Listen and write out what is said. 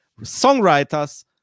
songwriters